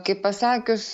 kaip pasakius